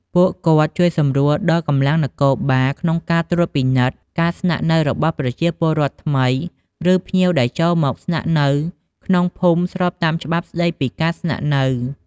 ពួកគាត់ជួយសម្រួលដល់កម្លាំងនគរបាលក្នុងការត្រួតពិនិត្យការស្នាក់នៅរបស់ប្រជាពលរដ្ឋថ្មី ឬភ្ញៀវដែលចូលមកស្នាក់នៅក្នុងភូមិស្របតាមច្បាប់ស្ដីពីការស្នាក់នៅ។